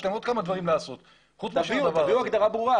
יש לנו עוד כמה דברים לעשות חוץ מאשר --- תביאו הגדרה ברורה,